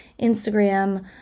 Instagram